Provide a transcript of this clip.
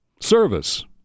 service